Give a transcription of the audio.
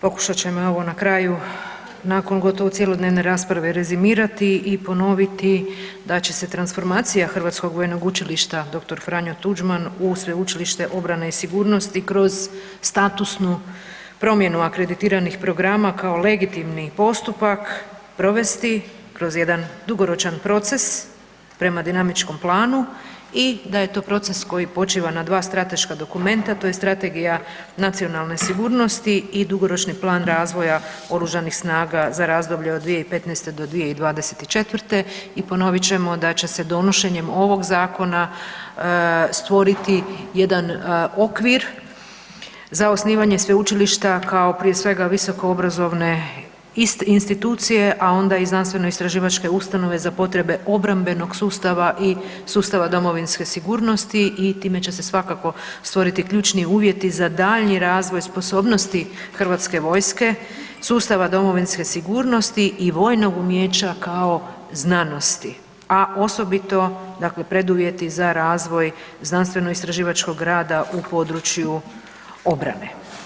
Pokušat ću evo na kraju nakon gotovo cjelodnevne rasprave rezimirati i ponoviti da će se transformacija Hrvatskog vojnog učilišta „Dr. Franjo Tuđman“ u Sveučilište obrane i sigurnosti kroz statusnu promjenu akreditiranih programa kao legitimni postupak provesti kroz jedan dugoročan proces prema dinamičkom planu i da je to proces koji počiva na dva strateška dokumenta, to je Strategija nacionalne sigurnosti i Dugoročni plan razvoja Oružanih snaga za razdoblje od 2015.-2024. i ponovit ćemo da će se donošenjem ovog zakona stvoriti jedan okvir za osnivanje sveučilišta kao prije svega visokoobrazovne institucije, a onda i znanstvenoistraživačke ustanove za potrebe obrambenog sustava i sustava domovinske sigurnosti i time će se svakako stvoriti ključni uvjeti za daljnji razvoj sposobnosti hrvatske vojske, sustava domovinske sigurnosti i vojnog umijeća kao znanosti, a osobito preduvjeti za razvoj znanstvenoistraživačkog rada u području obrane.